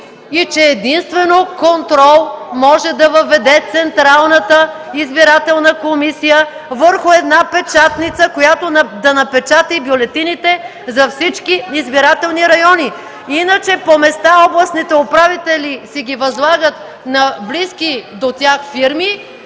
И че единствено контрол може да въведе Централната избирателна комисия върху една печатница, която да напечата бюлетините за всички избирателни райони! Иначе по места областните управители си ги възлагат на близки до тях фирми,